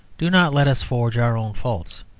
do not let us forged our own faults.